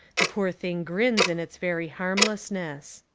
the poor thing grins in its very harm lessness.